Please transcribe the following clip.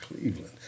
Cleveland